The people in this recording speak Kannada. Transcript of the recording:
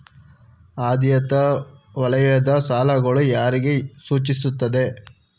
ಆದ್ಯತಾ ವಲಯದ ಸಾಲಗಳು ಯಾರಿಗೆ ಸೂಚಿಸುತ್ತವೆ?